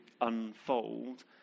unfold